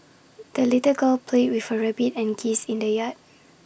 the little girl played with her rabbit and geese in the yard